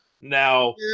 now